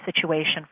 situation